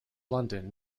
london